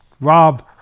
Rob